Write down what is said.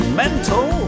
mental